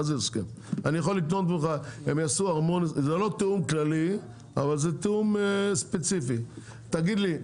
זה לא תיאום כללי אבל זה תיאום ספציפית תגיד לי,